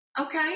Okay